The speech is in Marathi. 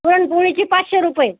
पुरणपोळीची पाचशे रुपये